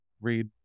read